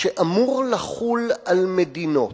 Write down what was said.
שאמור לחול על מדינות,